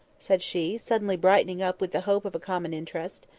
said she, suddenly brightening up with the hope of a common interest.